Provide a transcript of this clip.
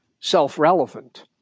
self-relevant